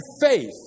faith